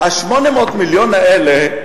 800 המיליון האלה,